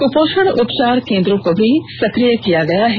कपोषण उपचार केन्द्रों को भी सकिय कर दिया गया है